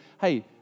hey